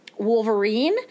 Wolverine